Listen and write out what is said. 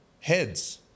heads